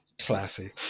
Classy